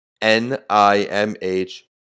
N-I-M-H